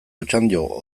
otxandio